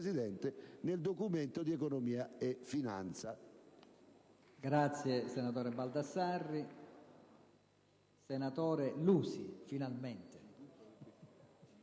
del Documento di economia e finanza